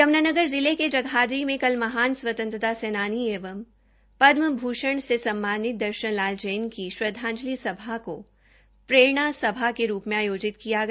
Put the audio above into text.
यम्नानगर जिले के जगाधरी मे कल महान स्वतंत्रता सेनानी एवं पदम भूषण से सम्मानित दर्शन लाल जैन को श्रद्धांजलि सभा में प्ररेणा सभा के रूप में आयोजित किया गया